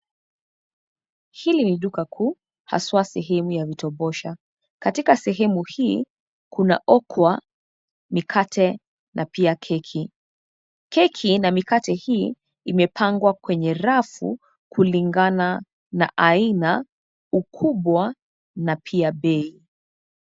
Hili ni duka kuu haswa sehemu ya vitombosha, katika sehemu hii kunaokwa mikate na pia keki. Keki na mikate hii imepangwa kwenye rafu kulingana na aina, ukubwa na pia bei.